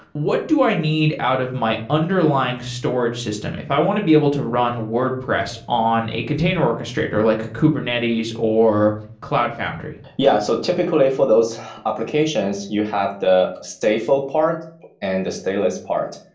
what do i need out of my underlying storage system if i want to be able to run wordpress on a container orchestrator, like kubernetes or cloud foundry? yeah. so typically, for those applications, you have the stateful part and the stateless part.